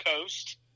Coast